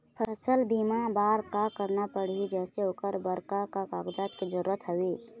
फसल बीमा बार का करना पड़ही जैसे ओकर बर का का कागजात के जरूरत हवे?